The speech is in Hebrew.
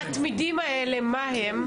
המתמידים האלה, מה הם?